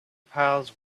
piles